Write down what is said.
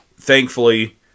thankfully